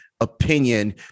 opinion